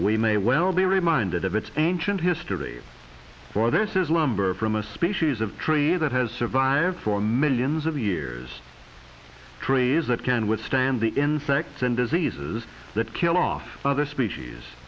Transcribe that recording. we may well be reminded of its ancient history for this is lumber from a species of tree that has survived for millions of years trees that can withstand the insects and diseases that kill off other species